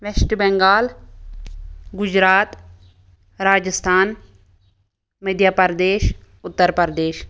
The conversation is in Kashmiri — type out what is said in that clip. ویٚسٹہٕ بنگال گُجرات راجِستھان مٔدھیہ پرٛدیش اُتر پرٛدیش